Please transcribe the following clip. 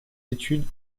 études